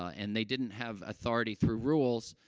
and they didn't have authority, through rules,